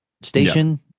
station